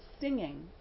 singing